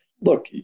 Look